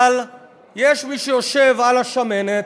אבל יש מי שיושב על השמנת.